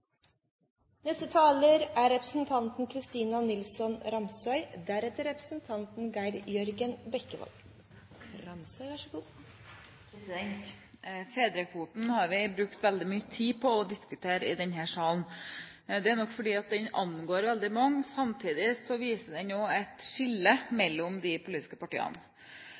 Fedrekvoten har vi brukt veldig mye tid på å diskutere i denne salen. Det er nok fordi den angår veldig mange, samtidig viser den et skille mellom de politiske partiene.